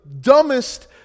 dumbest